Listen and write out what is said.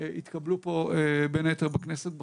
שהתקבלו פה בין היתר בכנסת בחקיקה.